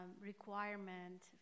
requirement